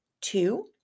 two